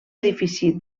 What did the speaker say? edifici